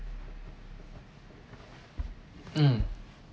mm